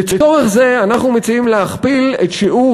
לצורך זה אנחנו מציעים להכפיל את שיעור